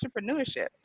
entrepreneurship